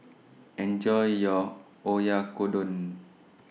Enjoy your Oyakodon